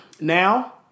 Now